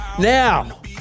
Now